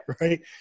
right